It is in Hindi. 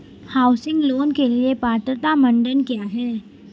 हाउसिंग लोंन के लिए पात्रता मानदंड क्या हैं?